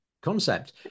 concept